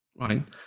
right